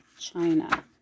China